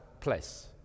place